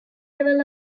level